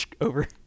Over